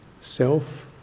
self